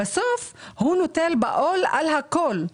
בסוף הוא נושא בעול על הכול,